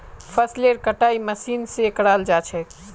फसलेर कटाई मशीन स कराल जा छेक